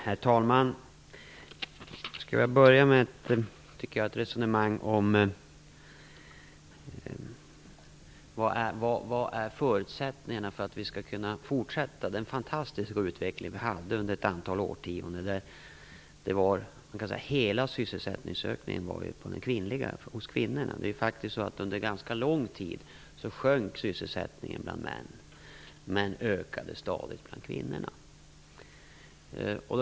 Herr talman! Jag skall börja med ett resonemang om vilka förutsättningarna är för att vi skall kunna fortsätta den fantastiska utveckling vi har haft under ett antal årtionden. Hela sysselsättningsökningen skedde då bland kvinnorna. Det är faktiskt så att under en ganska lång tid sjönk sysselsättningen bland männen men ökade stadigt bland kvinnorna.